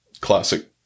classic